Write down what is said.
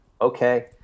okay